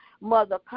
Mother